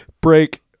break